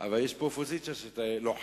אבל יש פה אופוזיציה לוחמת